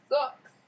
sucks